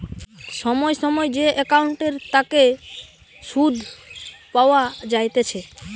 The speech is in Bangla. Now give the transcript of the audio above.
সময় সময় যে একাউন্টের তাকে সুধ পাওয়া যাইতেছে